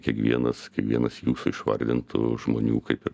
kiekvienas kiekvienas jūsų išvardintų žmonių kaip ir